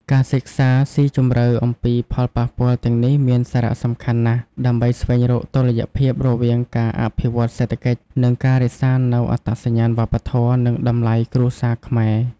ការសិក្សាស៊ីជម្រៅអំពីផលប៉ះពាល់ទាំងនេះមានសារៈសំខាន់ណាស់ ដើម្បីស្វែងរកតុល្យភាពរវាងការអភិវឌ្ឍសេដ្ឋកិច្ច និងការរក្សានូវអត្តសញ្ញាណវប្បធម៌ និងតម្លៃគ្រួសារខ្មែរ។